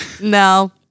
No